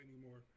anymore